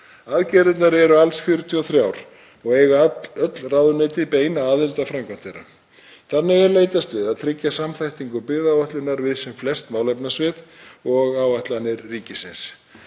Aðgerðirnar eru alls 43 og eiga öll ráðuneyti beina aðild að framkvæmd þeirra. Þannig er leitast við að tryggja samþættingu byggðaáætlunar við sem flest málefnasvið og áætlanir ríkisins.